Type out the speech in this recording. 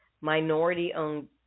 minority-owned